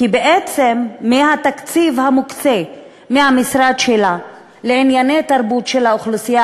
כי בעצם התקציב המוקצה מהמשרד שלה לענייני תרבות של האוכלוסייה